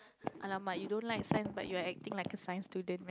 !alamak! you don't like science but you are acting like a science student